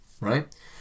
right